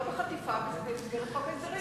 לא בחטיפה במסגרת חוק ההסדרים.